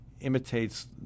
imitates